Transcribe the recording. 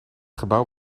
gebouw